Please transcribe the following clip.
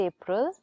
April